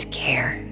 care